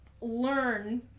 learn